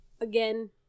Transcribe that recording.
again